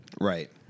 Right